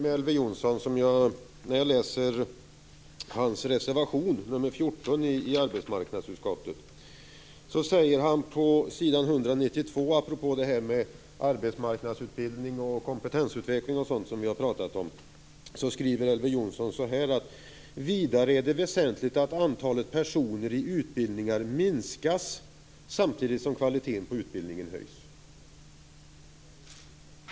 Elver Jonsson skriver på s. 192 i sin reservation 14 i betänkandet apropå arbetsmarknadsutbildning, kompetensutveckling och liknande som vi har pratat om: "Vidare är det väsentligt att antalet personer i utbildningar minskas samtidigt som kvaliteten på utbildningarna höjs."